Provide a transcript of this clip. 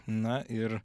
na ir